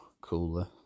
cooler